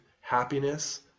happiness